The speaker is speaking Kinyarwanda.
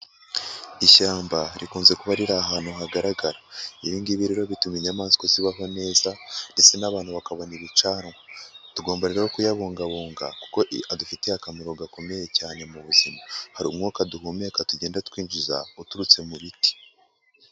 Ishyamba rikunze kuba riri ahantu hagaragara, ibi ngibi rero bituma inyamaswa zibaho neza ndetse n'abantu bakabona ibicanwa. Tugomba rero kuyabungabunga kuko adufitiye akamaro gakomeye cyane mu buzima, hari umwuka duhumeka tugenda twinjiza uturutse mu biti.